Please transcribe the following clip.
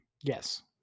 Yes